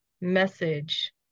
message